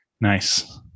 nice